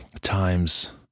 times